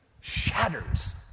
shatters